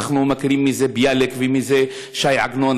אנחנו מכירים מי זה ביאליק ומי זה ש"י עגנון,